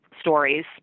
stories